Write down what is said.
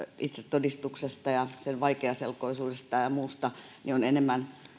itse todistuksesta ja sen vaikeaselkoisuudesta ja ja muusta on enemmän